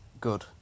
good